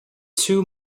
two